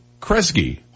Kresge